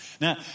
Now